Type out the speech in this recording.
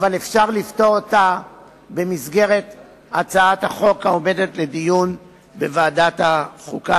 אבל אפשר לפתור אותה במסגרת הצעת החוק העומדת לדיון בוועדת החוקה,